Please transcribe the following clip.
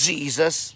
Jesus